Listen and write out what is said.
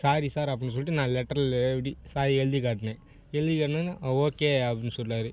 sorry sir அப்படின்னு சொல்லிட்டு நான் லெட்டரில் அப்படி சாரி எழுதி காட்டினேன் எழுதி காட்டினவொன்னே ஓகே அப்படின்னு சொன்னார்